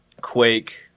Quake